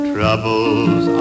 Trouble's